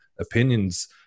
opinions